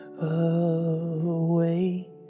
away